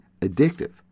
addictive